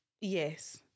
Yes